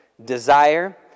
desire